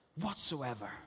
whatsoever